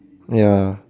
ya